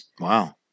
Wow